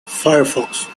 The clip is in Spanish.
firefox